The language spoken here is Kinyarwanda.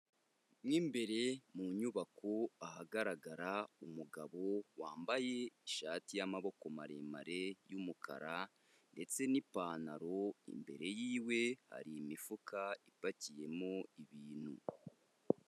Mu imbere mu nyubako, ahagaragarara umugabo wambaye ishati y'amaboko maremare y'umukara ndetse n'ipantaro imbere yiwe, hari imifuka ipakiyemo ibintu.